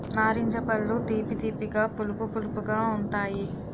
నారింజ పళ్ళు తీపి తీపిగా పులుపు పులుపుగా ఉంతాయి